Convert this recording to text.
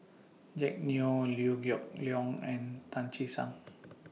Jack Neo Liew Geok Leong and Tan Che Sang